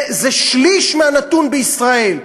זה שליש מהנתון בישראל.